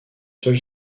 seul